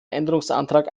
änderungsantrag